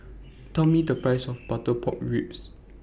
Tell Me The Price of Butter Pork Ribs